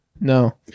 No